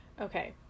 Okay